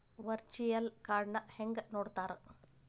Virtual ಕಾರ್ಡ್ನ ಹೆಂಗ್ ನೋಡ್ತಾರಾ?